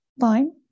fine